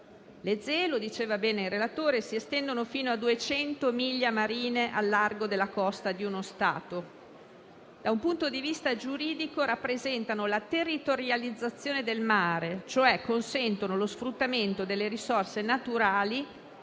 Le ZEE - come diceva bene il relatore - si estendono fino a 200 miglia marine al largo della costa di uno Stato. Da un punto di vista giuridico rappresentano la territorializzazione del mare, cioè consentono lo sfruttamento delle risorse naturali